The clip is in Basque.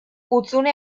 hutsune